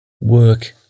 work